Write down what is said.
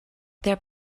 their